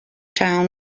town